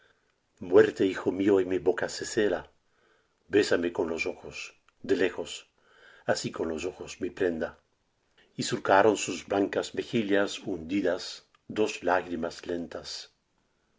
muerte hijo mío en mi boca se cela bésame con los ojos de lejos así con los ojos mi prenda y surcaron sus blancas mejillas hundidas dos lágrimas lentas